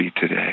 today